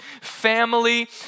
family